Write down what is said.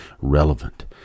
relevant